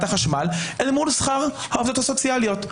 החשמל על מול שכר העובדות הסוציאליות.